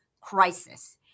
crisis